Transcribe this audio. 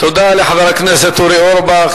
תודה לחבר הכנסת אורי אורבך.